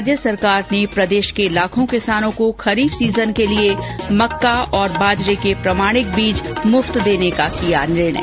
राज्य सरकार ने प्रदेश के लाखों किसानों को खरीफ सीजन के लिए मक्का और बाजरे के प्रमाणिक बीज मुफ्त देने का किया निर्णय